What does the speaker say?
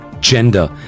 gender